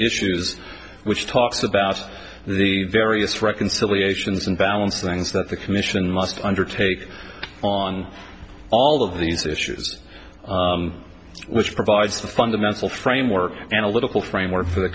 issues which talks about the various reconciliations and balance things that the commission must undertake on all of these issues which provides a fundamental framework analytical framework for